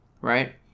right